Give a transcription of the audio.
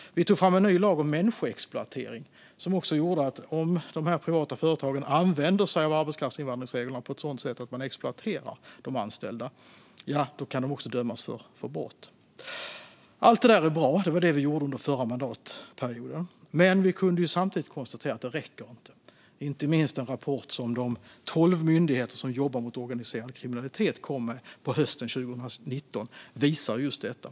Vi tog fram en ny lag om människoexploatering som gjorde att om privata företag använder sig av arbetskraftinvandringsreglerna på ett sådant sätt att de exploaterar de anställda, då kan de också dömas för brott. Allt det där är bra. Det var det vi gjorde under förra mandatperioden. Men vi kunde samtidigt konstatera att det inte räcker. Inte minst den rapport som de tolv myndigheter som jobbar mot organiserad kriminalitet kom med på hösten 2019 visar just detta.